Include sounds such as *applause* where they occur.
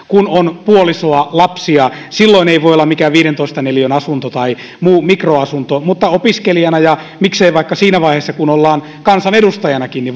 *unintelligible* kun on puoliso lapsia silloin ei voi olla mikään viidentoista neliön asunto tai muu mikroasunto mutta opiskelijana ja miksei vaikka siinä vaiheessa kun ollaan kansanedustajanakin